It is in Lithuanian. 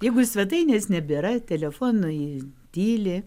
jeigu jau svetainės nebėra telefonui tyli